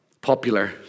popular